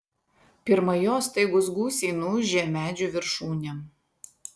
pirma jo staigūs gūsiai nuūžė medžių viršūnėm